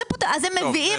אז הם מביאים